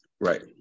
Right